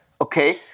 Okay